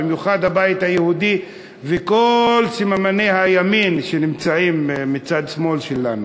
במיוחד הבית היהודי וכל סמני הימין שנמצאים מצד שמאל שלנו,